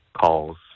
calls